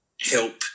help